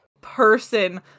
person